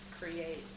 create